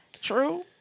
True